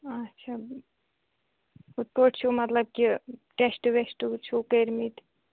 اچھا کِتھٕ پٲٹھۍ چھُو مطلب کہِ ٹیٚسٹ ویٚسٹ چھِو کٔرۍمٕتۍ